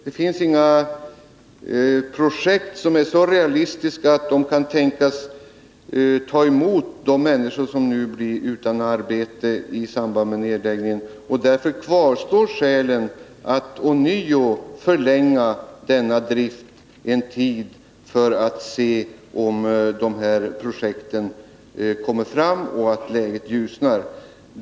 Det finns inga projekt som är så realistiska att de kan tänkas ta emot de människor som nu blir utan arbete i samband med nedläggningen. Därför bör man ånyo förlänga denna drift en tid för att se om dessa projekt kommer till stånd och läget ljusnar.